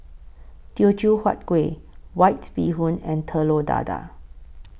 Teochew Huat Kueh White Bee Hoon and Telur Dadah